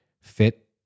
fit